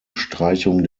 streichung